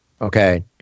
okay